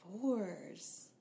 fours